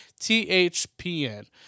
THPN